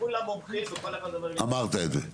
כולם מומחים וכול אחד אומר לי -- אמרת את זה.